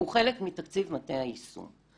הוא חלק מתקציב מטה היישום.